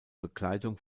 begleitung